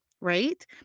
right